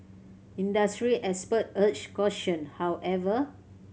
industry expert urged caution however